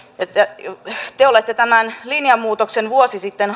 ja te olette tämän linjanmuutoksen vuosi sitten